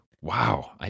Wow